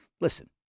Listen